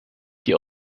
die